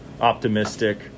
optimistic